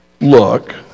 look